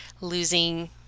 losing